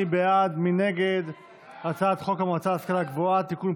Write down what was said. מי בעד ומי נגד הצעת חוק המועצה להשכלה גבוהה (תיקון,